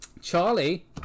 Charlie